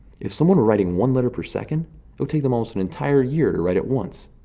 if someone were writing one letter per second, it would take them almost an entire year to write it once.